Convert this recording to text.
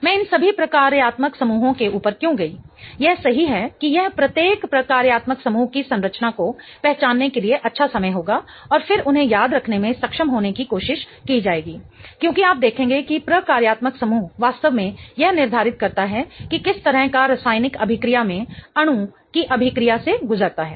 मैं इन सभी प्रकार्यात्मक समूहों के ऊपर क्यों गई यह सही है कि यह प्रत्येक प्रकार्यात्मक समूह की संरचना को पहचानने के लिए अच्छा समय होगा और फिर उन्हें याद रखने में सक्षम होने की कोशिश की जाएगी क्योंकि आप देखेंगे कि प्रकार्यात्मक समूह वास्तव में यह निर्धारित करता है कि किस तरह का रासायनिक अभिक्रिया में अणु कीअभिक्रिया से गुजरता है